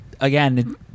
again